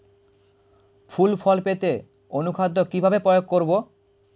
ফুল ফল পেতে অনুখাদ্য কিভাবে প্রয়োগ করব?